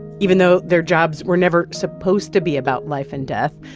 even though their jobs were never supposed to be about life and death,